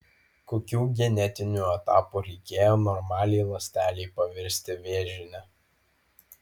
kokių genetinių etapų reikėjo normaliai ląstelei pavirsti vėžine